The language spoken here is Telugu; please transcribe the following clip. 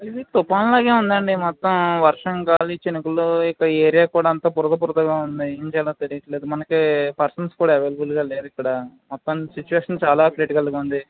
ఇది తుపాన్లాగే ఉందండి మొత్తం వర్షం గాలి చెనుకులు ఈ ఏరియా కూడా అంతా బురద బురదగా ఉంది ఏంచేయాలో తెలీట్లేదు మనకే పర్సన్స్ కూడా అవైలబుల్గా లేదు ఇక్కడ మొత్తం సిచువేషన్ చాలా క్రిటికల్గా ఉంది